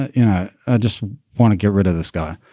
yeah just want to get rid of this guy.